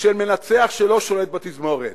של מנצח שלא שולט בתזמורת,